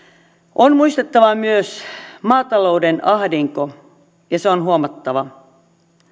on muistettava myös maatalouden ahdinko ja se on huomattava